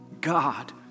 God